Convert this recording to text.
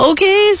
Okay